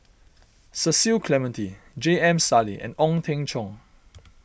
Cecil Clementi J M Sali and Ong Teng Cheong